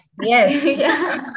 yes